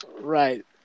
right